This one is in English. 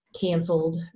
canceled